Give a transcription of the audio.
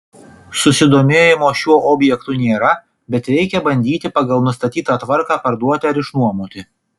susidomėjimo šiuo objektu nėra bet reikia bandyti pagal nustatytą tvarką parduoti ar išnuomoti